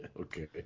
Okay